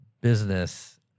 business